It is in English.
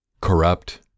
corrupt